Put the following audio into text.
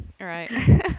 Right